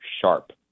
sharp